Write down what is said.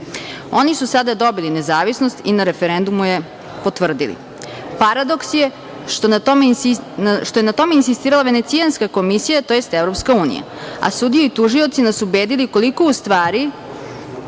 Oni su sada dobili nezavisnost i na referendumu je potvrdili. Paradoks je što je na tome insistirala Venecijanska komisija, tj. EU, a sudije i tužioci nas ubedili koliko u stvari